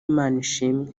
manishimwe